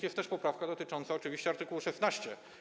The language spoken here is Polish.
Jest też poprawka dotycząca oczywiście art. 16.